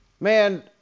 man